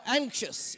anxious